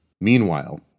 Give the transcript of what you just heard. Meanwhile